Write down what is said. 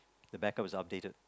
the back up is updated